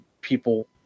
people